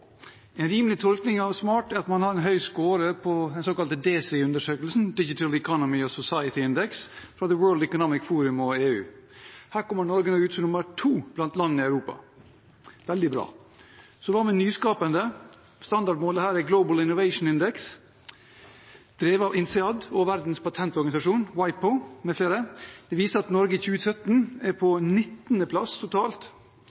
En rimelig tolkning av «smart» er at man har en høy score på den såkalte DESI-undersøkelsen, The Digital Economy and Society Index, fra World Economic Forum og EU. Her kommer Norge ut som nummer to av landene i Europa. Det er veldig bra. Hva med «nyskapende»? Standardmålet her er Global Innovation Index, som er drevet av INSEAD og verdens patentorganisasjon, WIPO, mfl. Den viser at Norge i 2017 er